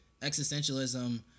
existentialism